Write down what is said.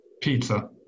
pizza